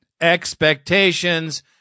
Expectations